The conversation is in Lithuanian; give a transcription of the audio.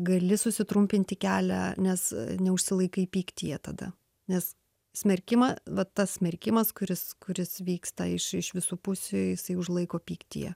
gali susitrumpinti kelią nes neužsilaikai pyktyje tada nes smerkimą vat tas smerkimas kuris kuris vyksta iš iš visų pusių jisai užlaiko pyktyje